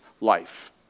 life